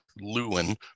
Lewin